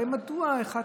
הרי מדוע אחת,